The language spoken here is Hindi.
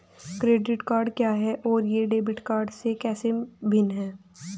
क्रेडिट कार्ड क्या है और यह डेबिट कार्ड से कैसे भिन्न है?